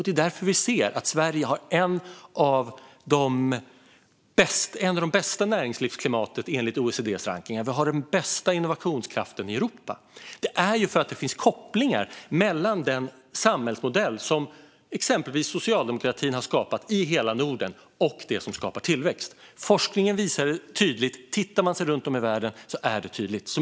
Det är därför vi ser att Sverige har ett av de bästa näringslivsklimaten enligt OECD:s rankning, och vi har den bästa innovationskraften i Europa. Det är för att det finns kopplingar mellan den samhällsmodell som exempelvis socialdemokratin har skapat i hela Norden och det som skapar tillväxt. Forskningen visar det tydligt, och ser man sig runt om i världen är det tydligt.